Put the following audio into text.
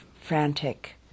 frantic